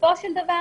בסופו של דבר